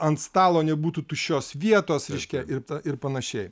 ant stalo nebūtų tuščios vietos reiškia ir ir panašiai